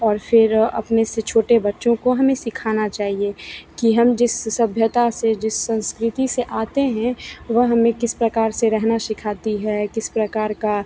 और फिर अपने से छोटे बच्चों को हमें सिखाना चाहिए कि हम जिस सभ्यता से जिस संस्कृति से आते हैं वह हमें किस प्रकार से रहेना सिखाती है किस प्रकार का